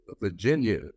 Virginia